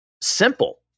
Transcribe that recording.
simple